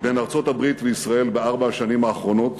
בין ארצות-הברית וישראל בארבע השנים האחרונות,